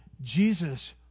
Jesus